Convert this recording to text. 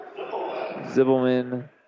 Zibelman